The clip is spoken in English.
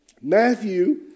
Matthew